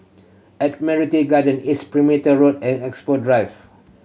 Admiralty Garden East Perimeter Road and Expo Drive